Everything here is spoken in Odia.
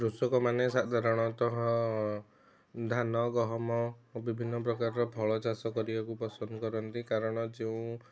କୃଷକମାନେ ସାଧାରଣତଃ ଧାନ ଗହମ ବିଭିନ୍ନ ପ୍ରକାରର ଫଳ ଚାଷ କରିବାକୁ ପସନ୍ଦ କରନ୍ତି କାରଣ ଯେଉଁ